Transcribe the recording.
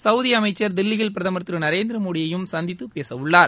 Saudi அமைச்சர் தில்லியில் பிரதமர் திரு நரேந்திராமோடியையும் சந்தித்து பேச உள்ளார்